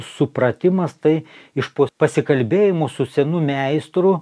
supratimas tai iš po pasikalbėjimo su senu meistru